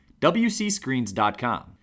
WCScreens.com